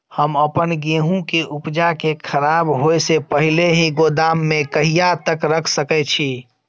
हम अपन गेहूं के उपजा के खराब होय से पहिले ही गोदाम में कहिया तक रख सके छी?